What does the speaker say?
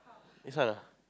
this one ah